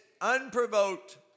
unprovoked